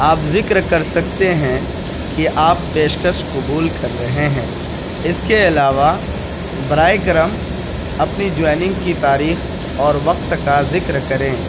آپ ذکر کر سکتے ہیں کہ آپ پیش کش قبول کر رہے ہیں اس کے علاوہ برائے کرم اپنی جوايٴننگ کی تاریخ اور وقت کا ذکر کریں